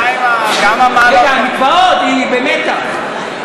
כמה מעלות, רגע, המקוואות, היא במתח.